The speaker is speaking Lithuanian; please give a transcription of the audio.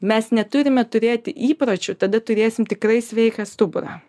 mes neturime turėti įpročių tada turėsim tikrai sveiką stuburą